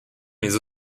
mais